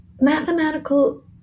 mathematical